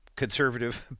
conservative